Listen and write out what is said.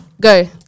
Go